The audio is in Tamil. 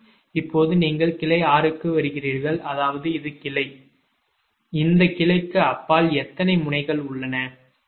இப்போது நீங்கள் கிளை 6 க்கு வருகிறீர்கள் அதாவது இது கிளை இந்த கிளைக்கு அப்பால் எத்தனை முனைகள் உள்ளன 2